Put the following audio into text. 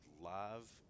love